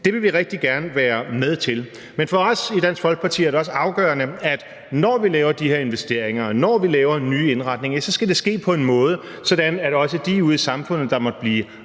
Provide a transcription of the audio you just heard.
Det vil vi rigtig gerne være med til. Men for os i Dansk Folkeparti er det også afgørende, at når vi laver de her investeringer, og når vi laver nye indretninger, så skal det ske på en måde, sådan at der også bliver